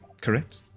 correct